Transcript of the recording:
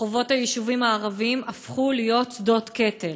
רחובות היישובים הערביים הפכו להיות שדות קטל.